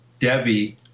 Debbie